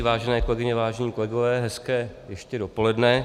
Vážené kolegyně, vážení kolegové, hezké ještě dopoledne.